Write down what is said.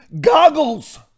goggles